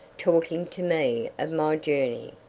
talking to me of my journey,